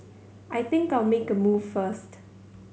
I think I'll make a move first